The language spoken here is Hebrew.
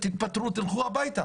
תתפטרו ותלכו הביתה,